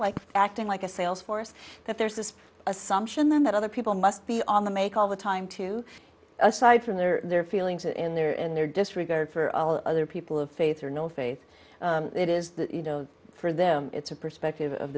like acting like a sales force that there's this assumption that other people must be on the make all the time to aside from their feelings in their in their disregard for other people of faith or no faith it is that you know for them it's a perspective of